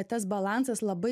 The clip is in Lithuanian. tas balansas labai